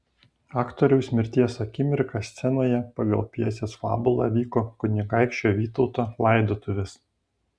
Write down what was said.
aktoriaus mirties akimirką scenoje pagal pjesės fabulą vyko kunigaikščio vytauto laidotuvės